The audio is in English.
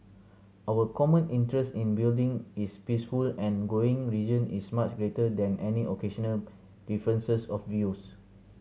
our common interest in building is peaceful and growing region is much greater than any occasional differences of views